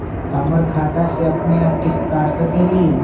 हमर खाता से अपनेआप किस्त काट सकेली?